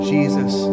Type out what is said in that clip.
Jesus